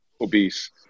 obese